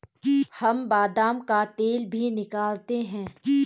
हम बादाम का तेल भी निकालते हैं